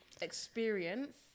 experience